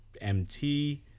MT